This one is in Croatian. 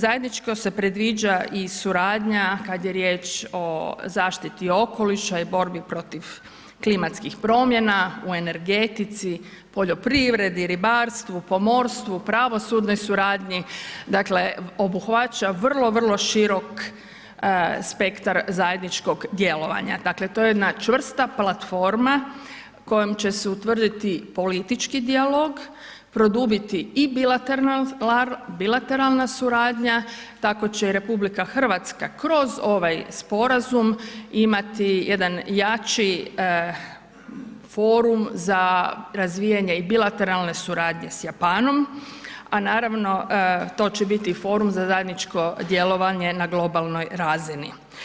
Zajedničko se predviđa i suradnja kad je riječ o zaštiti okoliša i borbi protiv klimatskih promjena, u energetici, poljoprivredi, ribarstvu, pomorstvu, pravosudnoj suradnji, dakle obuhvaća vrlo, vrlo širok spektar zajedničkog djelovanja. dakle to je jedna čvrsta platforma kojom će se utvrditi politički dijalog, produbiti i bilateralna suradnja, tako će i RH kroz ovaj sporazum imati jedan jači forum za razvijanje i bilateralne suradnje sa Japanom a naravno to će biti forum za zajedničko djelovanje na globalnoj razini.